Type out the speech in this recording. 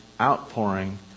outpouring